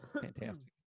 fantastic